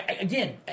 Again